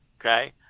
Okay